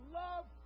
love